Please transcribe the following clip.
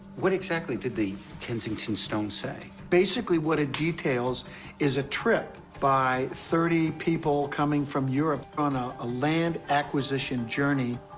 what exactly did the kensington stone say? basically what it details is a trip by thirty people coming from europe on ah a land acquisition journey.